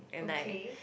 okay